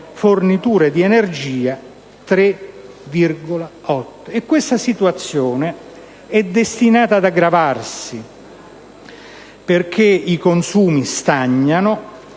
forniture di energia (3,8 per cento). Tale situazione è destinata ad aggravarsi perché i consumi stagnano,